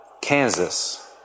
Kansas